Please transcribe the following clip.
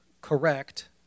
correct